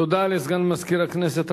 תודה לסגן מזכירת הכנסת.